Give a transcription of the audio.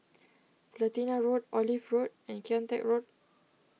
Platina Road Olive Road and Kian Teck Road